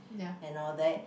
and all that